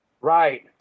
Right